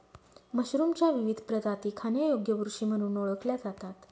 मशरूमच्या विविध प्रजाती खाण्यायोग्य बुरशी म्हणून ओळखल्या जातात